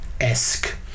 esque